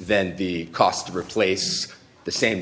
than the cost of replacing the same